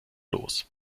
los